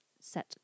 set